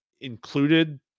included